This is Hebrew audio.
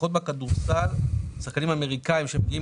לפחות בכדורסל שחקנים אמריקאים שמגיעים